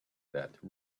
that